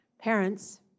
Parents